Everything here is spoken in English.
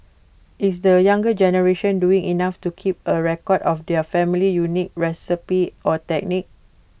is the younger generation doing enough to keep A record of their family's unique recipes or techniques